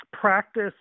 practice